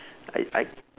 I I